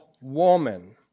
woman